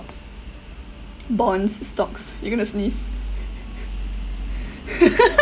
bonds stocks you're going to sneeze